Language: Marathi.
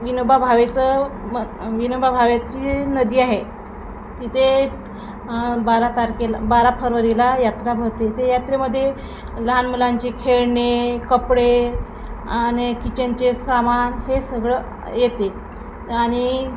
विनोबा भावेचं विनोबा भावेची नदी आहे तिथेच बारा तारखेला बारा फरवरीला यात्रा भरते ते यात्रेमध्ये लहान मुलांचे खेळणे कपडे आणि किचनचे सामान हे सगळं येते आणि